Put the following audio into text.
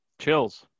Chills